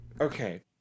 okay